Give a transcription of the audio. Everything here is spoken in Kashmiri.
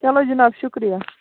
چَلو جِناب شُکرِیہ